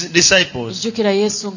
disciples